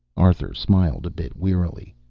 arthur smiled a bit wearily.